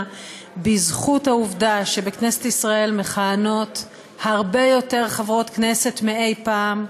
בזכות העובדה שבכנסת ישראל מכהנות הרבה יותר חברות כנסת מאי-פעם,